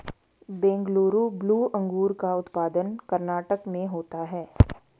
Bengaluru blue अंगूर का उत्पादन कर्नाटक में होता है